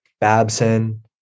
Babson